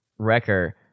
wrecker